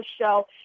show